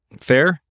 fair